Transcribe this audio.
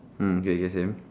mm K K same